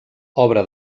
obra